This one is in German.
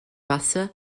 wasser